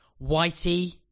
Whitey